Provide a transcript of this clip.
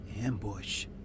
Ambush